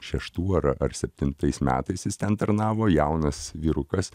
šeštų ar ar septintais metais jis ten tarnavo jaunas vyrukas